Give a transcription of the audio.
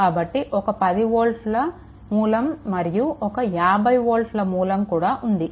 కాబట్టి ఒక 10 వోల్ట్ల మూలం మరియు ఒక 50 వోల్టామూలం కూడా ఉంది